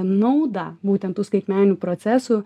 naudą būtent tų skaitmeninių procesų